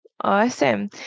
Awesome